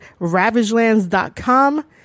ravagelands.com